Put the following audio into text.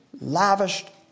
lavished